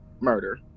murder